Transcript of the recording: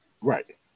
Right